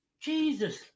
Jesus